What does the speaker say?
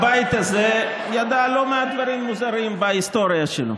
הבית הזה ידע לא מעט דברים מוזרים בהיסטוריה שלו,